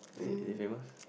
is he is he famous